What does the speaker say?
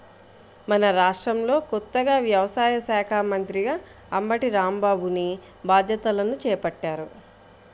మన రాష్ట్రంలో కొత్తగా వ్యవసాయ శాఖా మంత్రిగా అంబటి రాంబాబుని బాధ్యతలను చేపట్టారు